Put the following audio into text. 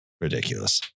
Ridiculous